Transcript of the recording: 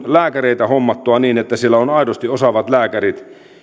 lääkäreitä hommattua niin että siellä on aidosti osaavat lääkärit